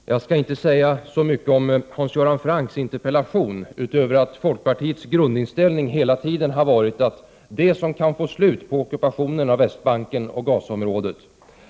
Herr talman! Jag skall inte säga så mycket om Hans Göran Francks interpellation, utöver att folkpartiets grundinställning hela tiden har varit att det som kan få slut på ockupationen av Västbanken och Gazaområdet